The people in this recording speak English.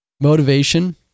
motivation